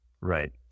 Right